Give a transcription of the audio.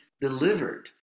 delivered